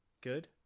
Good